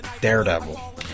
Daredevil